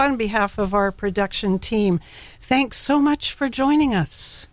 on behalf of our production team thanks so much for joining us